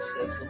says